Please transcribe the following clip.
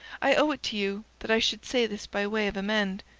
i owe it to you that i should say this by way of amend.